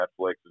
Netflix